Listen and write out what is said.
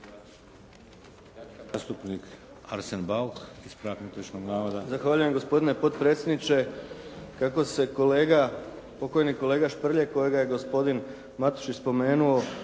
Zahvaljujem gospodine potpredsjedniče. Kako se kolega, pokojni kolega Šprlje kojega je gospodin Matušić spomenuo